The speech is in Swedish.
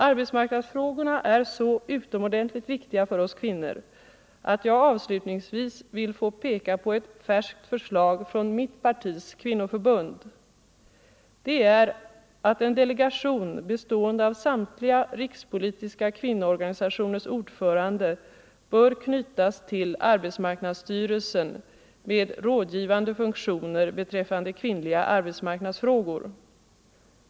Arbetsmarknadsfrågorna är så viktiga för oss kvinnor att jag avslutningsvis vill få peka på ett färskt förslag från mitt partis kvinnoförbund. Det är att en delegation bestående av samtliga rikspolitiska kvinnoorganisationers ordförande bör knytas till arbetsmarknadsstyrelsen med rådgivande funktioner beträffande kvinnliga arbetsmarknadsfrågor.